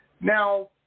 Now